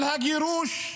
של הגירוש,